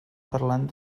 parlant